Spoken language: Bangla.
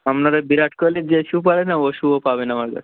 আপনাদের বিরাট কোহলি যে শু পরে না ও শুও পাবেন আমার কাছে